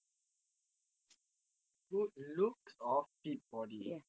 good looks or fit body